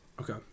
okay